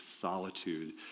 solitude